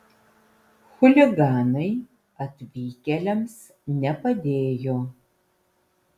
chuliganai atvykėliams nepadėjo